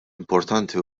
importanti